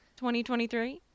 2023